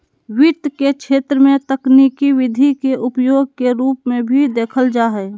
वित्त के क्षेत्र में तकनीकी विधि के उपयोग के रूप में भी देखल जा हइ